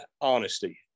honesty